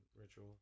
ritual